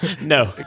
No